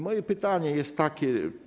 Moje pytanie jest takie.